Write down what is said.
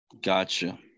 Gotcha